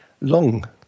long